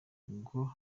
ubwo